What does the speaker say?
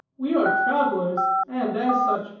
we are travelers and, as such,